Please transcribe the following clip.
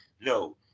No